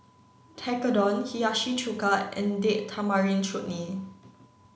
Tekkadon Hiyashi Chuka and Date Tamarind Chutney